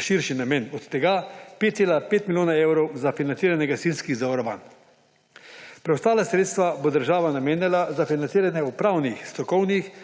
širši namen, od tega 5,5 milijona evrov za financiranje gasilskih zavarovanj. Preostala sredstva bo država namenjala za financiranje upravnih, strokovnih,